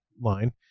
line